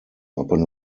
upon